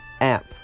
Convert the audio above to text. app